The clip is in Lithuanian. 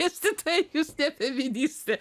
dėstytoja jūs ne feministė